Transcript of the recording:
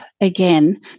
again